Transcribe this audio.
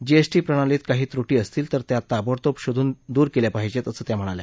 GST प्रणालीत काही ब्रुटी असतील तर त्या ताबडतोब शोधून दूर केल्या पाहिजेत असं त्या म्हणाल्या